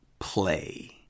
play